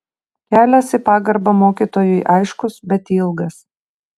kelias į pagarbą mokytojui aiškus bet ilgas